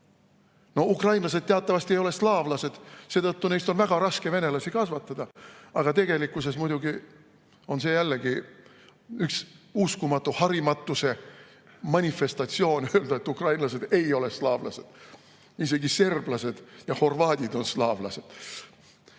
Ukrainlased teatavasti ei ole slaavlased, seetõttu neist on väga raske venelasi kasvatada. Aga see on muidugi jällegi üks uskumatu harimatuse manifestatsioon, öelda, et ukrainlased ei ole slaavlased. Isegi serblased ja horvaadid on slaavlased.